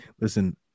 Listen